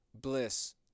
bliss